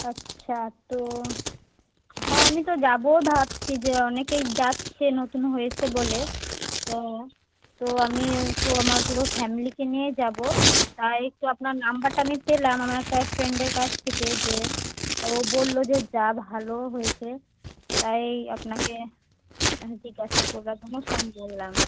আচ্ছা তো হ্যাঁ আমি তো যাব ভাবছি যে অনেকেই যাচ্ছে নতুন হয়েছে বলে তো তো আমি ফু আমার পুরো ফ্যামিলিকে নিয়ে যাব তাই তো আপনার নাম্বারটা আমি পেলাম আমার একটা ফ্রেন্ডের কাছ থেকে যে ও বলল যে যা ভালো হয়েছে তাই আপনাকে জিজ্ঞাসা করার জন্য ফোন করলাম